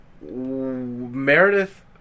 Meredith